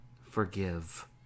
Forgive